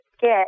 get